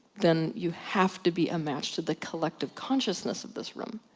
then you have to be a match to the collective consciousness of this room.